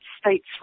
States